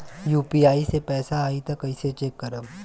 UPI से पैसा आई त कइसे चेक करब?